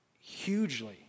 hugely